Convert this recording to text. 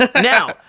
Now